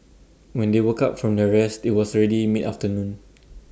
when they woke up from their rest IT was already mid afternoon